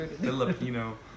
Filipino